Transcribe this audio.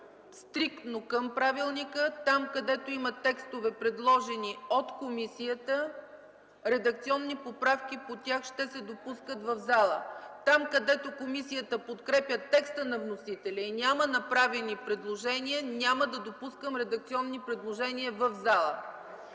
стриктно към правилника – там, където има текстове, предложени от комисията, ще се допускат редакционни поправки в тях в залата. Там, където комисията подкрепя текста на вносителя и няма направени предложения, няма да допускам редакционни предложения в зала.